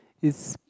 is